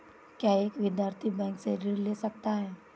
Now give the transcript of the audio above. क्या एक विद्यार्थी बैंक से ऋण ले सकता है?